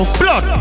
blood